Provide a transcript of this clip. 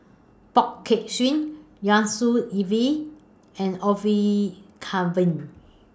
Poh Kay Swee Yusnor Ef and Orfeur Cavenagh